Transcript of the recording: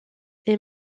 est